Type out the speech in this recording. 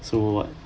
so what